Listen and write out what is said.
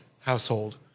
household